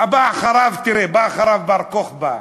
הבא אחריו, תראה, בא אחריו בר-כוכבא,